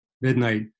midnight